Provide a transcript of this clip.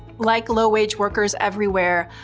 like low wage workers everywhere,